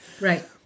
Right